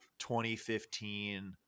2015